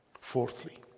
Fourthly